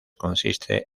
consiste